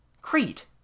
Crete